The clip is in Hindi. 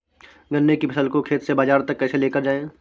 गन्ने की फसल को खेत से बाजार तक कैसे लेकर जाएँ?